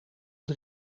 het